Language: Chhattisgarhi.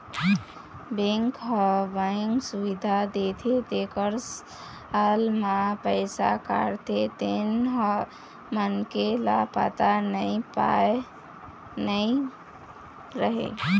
बेंक ह बेंक सुबिधा देथे तेखर साल म पइसा काटथे तेन ह मनखे ल पता नइ रहय